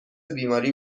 بیماری